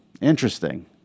interesting